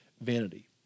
vanity